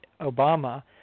Obama